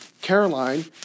Caroline